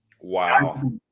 Wow